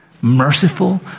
merciful